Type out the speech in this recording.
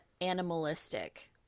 animalistic